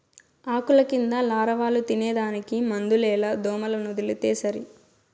ఆకుల కింద లారవాలు తినేదానికి మందులేల దోమలనొదిలితే సరి